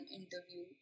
interview